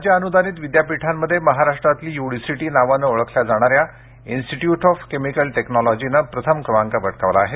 राज्य अनुदानित विद्यापीठांमध्ये महाराष्ट्रातली युडीसीटी नावानं ओळखल्या जाणाऱ्या इंस्टीट्युट ऑफ केमिकल टेक्नॉलॉजीनं प्रथम क्रमांक पटकावला आहे